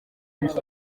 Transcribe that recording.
ndose